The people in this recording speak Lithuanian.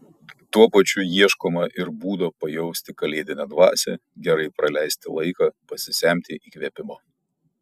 tuo pačiu ieškoma ir būdo pajausti kalėdinę dvasią gerai praleisti laiką pasisemti įkvėpimo